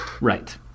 Right